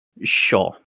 Sure